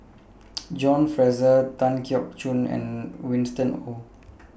John Fraser Tan Keong Choon and Winston Oh